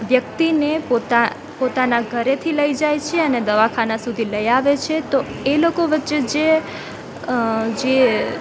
વ્યક્તિને પોતાના ઘરેથી લઈ જાય છે અને દવાખાના સુધી લઈ આવે છે તો એ લોકો વચ્ચે જે જે